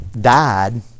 died